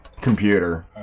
computer